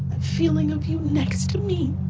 feeling of you next to me.